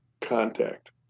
contact